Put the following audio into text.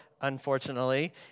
unfortunately